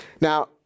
Now